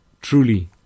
truly